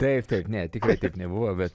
taip taip ne tikrai taip nebuvo bet